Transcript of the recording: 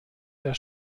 der